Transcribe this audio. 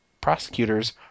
prosecutors